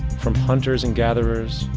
from hunters and gatherers,